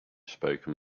spoken